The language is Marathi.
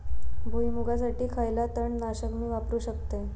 भुईमुगासाठी खयला तण नाशक मी वापरू शकतय?